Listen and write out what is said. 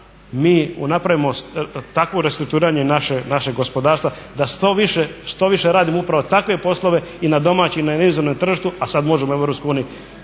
mi napravimo takvo restrukturiranje našeg gospodarstva da što više radimo upravo takve poslove i na domaćem i na inozemnom tržištu, a sad možemo u EU